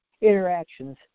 interactions